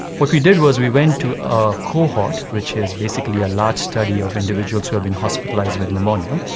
what we did was we went to a cohort, which is basically a large study of individuals who have been hospitalised with pneumonia,